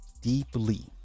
Deeply